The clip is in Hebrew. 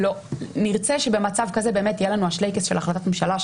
נרצה שבמצב כזה יהיה לנו השלייקס של החלטת ממשלה,